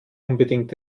unbedingt